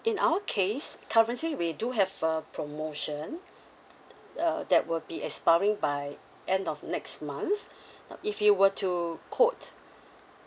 in our case currently we do have a promotion uh that will be expiring by end of next month now if you were to quote